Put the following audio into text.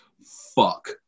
fuck